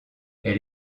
elle